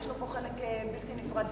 שיש לו חלק בלתי נפרד,